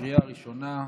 בקריאה ראשונה.